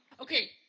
Okay